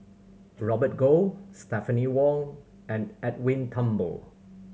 Robert Goh Stephanie Wong and Edwin Thumboo